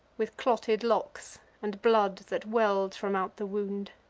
with clotted locks, and blood that well'd from out the wound.